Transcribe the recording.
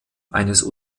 eines